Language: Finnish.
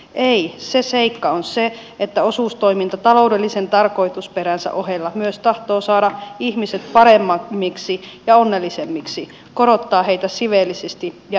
ei se seikka on se että osuustoiminta taloudellisen tarkoitusperänsä ohella myös tahtoo saada ihmiset paremmiksi ja onnellisemmiksi korottaa heitä siveellisesti ja yhteiskunnallisesti